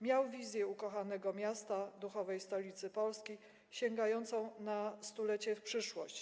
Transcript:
Miał wizję ukochanego miasta, duchowej stolicy Polski, sięgającą 100 lat w przyszłość.